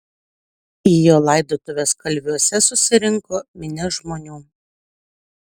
į jo laidotuves kalviuose susirinko minia žmonių